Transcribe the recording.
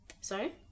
Sorry